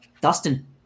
Dustin